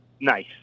nice